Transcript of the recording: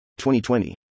2020